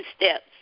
steps